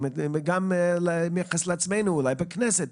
גם בכנסת,